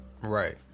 Right